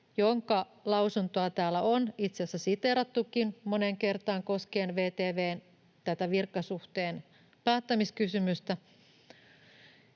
jonka lausuntoa täällä on itse asiassa siteerattukin moneen kertaan koskien tätä VTV:n virkasuhteen päättämiskysymystä.